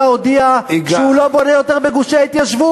הודיע שהוא לא בונה יותר בגושי התיישבות.